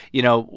you know,